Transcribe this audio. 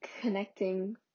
connecting